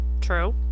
True